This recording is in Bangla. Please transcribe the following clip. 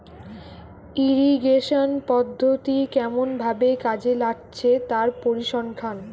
ইরিগেশন পদ্ধতি কেমন ভাবে কাজে লাগছে তার পরিসংখ্যান